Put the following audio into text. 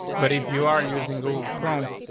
but if you are using google chrome,